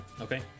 Okay